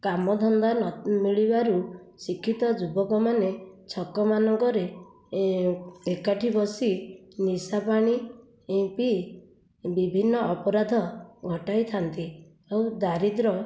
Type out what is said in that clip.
କାମଧନ୍ଦା ନ ମିଳିବାରୁ ଶିକ୍ଷିତ ଯୁବକମାନେ ଛକ ମାନଙ୍କରେଏକାଠି ବସି ନିଶାପାଣି ପିଇ ବିଭିନ୍ନ ଅପରାଧ ଘଟାଇଥାନ୍ତି ଆଉ ଦାରିଦ୍ର୍ୟ